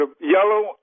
yellow